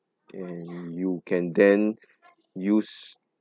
and you can then use